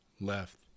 left